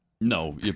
No